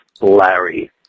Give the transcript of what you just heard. Larry